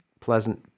pleasant